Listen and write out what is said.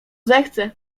zechcę